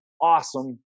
awesome